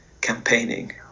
campaigning